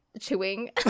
chewing